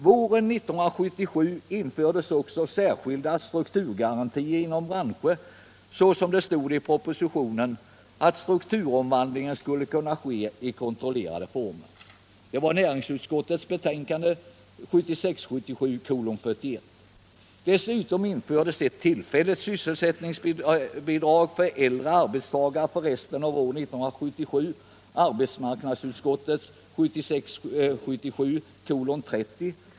Våren 1977 infördes också särskilda strukturgarantier inom branschen så att, som det stod i propositionen, ”strukturomvandlingen skulle kunna ske i kontrollerade former”. Ärendet behandlas i näringsutskottets betänkande 1976 77:30.